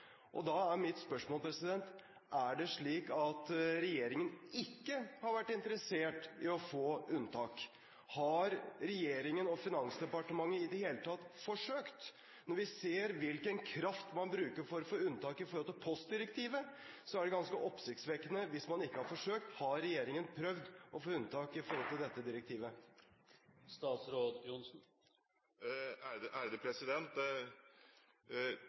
Da er mitt spørsmål: Er det slik at regjeringen ikke har vært interessert i å få unntak? Har regjeringen og Finansdepartementet i det hele tatt forsøkt? Når vi ser hvilken kraft man bruker for å få unntak fra postdirektivet, er det ganske oppsiktsvekkende hvis man ikke har forsøkt. Har regjeringen prøvd å få unntak fra dette direktivet?